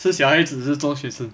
是小孩子是中学生